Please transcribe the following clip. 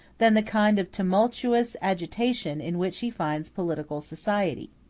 than the kind of tumultuous agitation in which he finds political society.